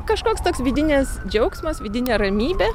kažkoks toks vidinis džiaugsmas vidinė ramybė